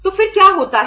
तो फिर क्या होता है